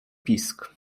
pisk